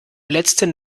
letzten